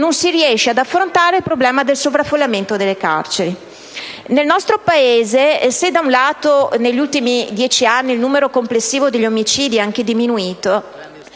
non si riesce ad affrontare il problema del sovraffollamento delle carceri. Nel nostro Paese, se da un lato negli ultimi dieci anni il numero complessivo degli omicidi è diminuito,